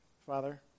Father